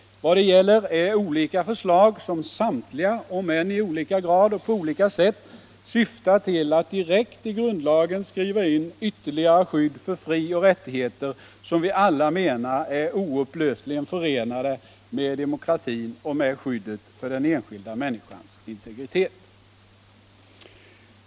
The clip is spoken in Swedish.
Vad det gäller är olika förslag som samtliga, om än i olika grad och på olika sätt, syftar till att direkt i grundlagen skriva in ytterligare skydd för frioch rättigheter som vi alla är ense om är oupplösligen förenade med demokratin och med skyddet för den enskilda människans integritet.